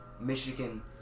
Michigan